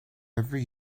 every